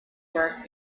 work